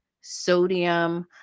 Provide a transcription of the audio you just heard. sodium